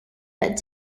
that